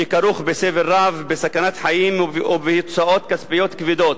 שכרוך בסבל רב, בסכנת חיים ובהוצאות כספיות כבדות,